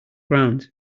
ground